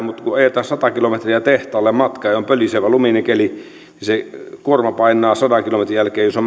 mutta kun ajetaan sata kilometriä tehtaalle ja on pölisevä luminen keli niin se kuorma painaa sadan kilometrin jälkeen jos on